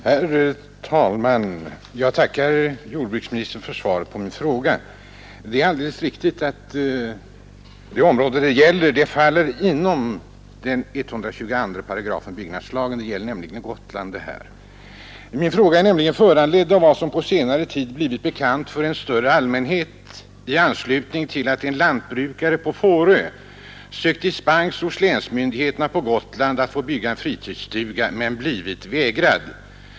Herr talman! Jag tackar jordbruksministern för svaret på min fråga. Det är alldeles riktigt att det område det här gäller faller inom 122 § byggnadslagen — det är fråga om Gotland. Min fråga är föranledd av vad som på senare tid har blivit bekant för en större allmänhet i anslutning till att en lantbrukare på Fårö hos länsmyndigheterna på Gotland sökt dispens för att få bygga en fritidsstuga men blivit vägrad detta.